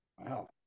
Wow